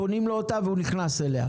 קונים לו אותה והוא נכנס אליה.